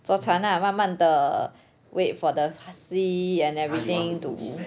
坐船 ah 慢慢地 wait for the sea and everything to